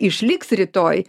išliks rytoj